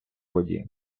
воді